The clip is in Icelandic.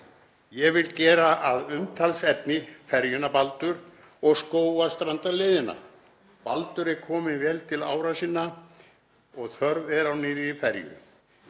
Ég vil gera að umtalsefni ferjuna Baldur og Skógarstrandarleiðina. Baldur er kominn vel til ára sinna og þörf er á nýrri ferju